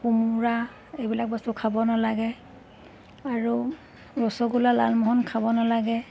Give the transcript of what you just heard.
কোমোৰা এইবিলাক বস্তু খাব নালাগে আৰু ৰসগোল্লা লালমোহন খাব নালাগে